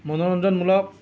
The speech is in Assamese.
মনোৰঞ্জনমূলক